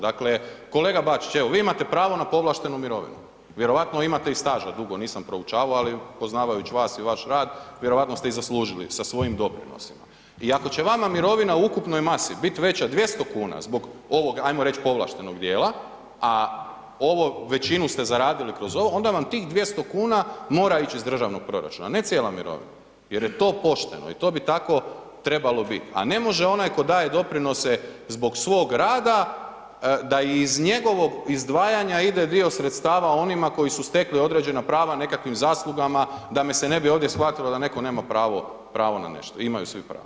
Dakle, kolega Bačić, evo vi imate pravo na povlaštenu mirovinu, vjerojatno imate i staža dugo, nisam proučavao, ali poznavajući vas i vaš rad vjerojatno ste i zaslužili sa svojim doprinosima i ako će vama mirovina u ukupnoj masi bit veća 200,00 kn zbog ovog, ajmo reć, povlaštenog dijela, a ovo većinu ste zaradili kroz ovo, onda vam tih 200,00 kn mora ić iz državnog proračuna, ne cijela mirovina jer je to pošteno i to bi tako trebalo bit, a ne može onaj ko daje doprinose zbog svog rada da iz njegovog izdvajanja ide dio sredstava onima koji su stekli određena prava nekakvim zaslugama, da me se ne bi ovdje shvatilo da neko nema pravo, pravo na nešto, imaju svi pravo.